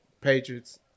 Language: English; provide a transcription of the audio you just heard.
Patriots